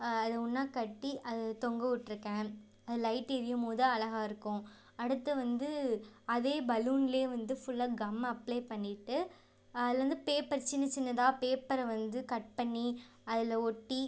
அதை ஒன்றா கட்டி அது தொங்க விட்ருக்கேன் லைட் எரியும் போது அழகா இருக்கும் அடுத்து வந்து அதே பலூன்லே வந்து ஃபுல்லாக கம் அப்ளே பண்ணிட்டு அதில் வந்து பேப்பர் சின்ன சின்னதாக பேப்பரை வந்து கட் பண்ணி அதில் ஒட்டி